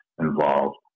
involved